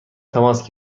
تماس